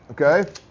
Okay